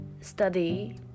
study